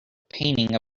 painting